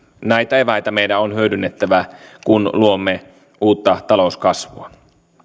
näitä eväitä meidän on hyödynnettävä kun luomme uutta talouskasvua